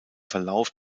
verlauf